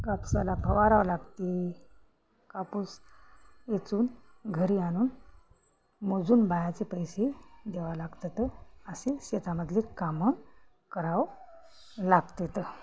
कापसाला फवारावं लागते कापूस वेचून घरी आणून मोजून बायाचे पैसे द्यावं लागतात असे शेतामधली कामं करावी लागतात